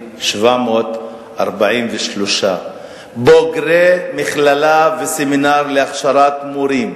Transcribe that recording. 9,743 בוגרי מכללה וסמינר להכשרת מורים,